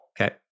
Okay